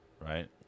right